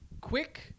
quick